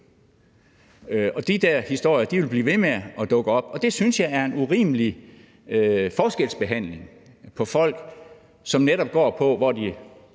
De der historier vil blive ved med at dukke op, og det synes jeg viser en urimelig forskelsbehandling af folk, som netop går på, hvor de